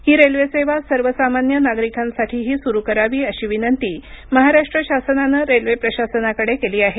ही railway सेवा सर्वसामान्य नागरिकांसाठीही सुरू करावी अशी विनंती महाराष्ट्र शासनानं रेल्वे प्रशासनाकडे केली आहे